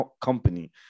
company